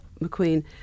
McQueen